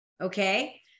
okay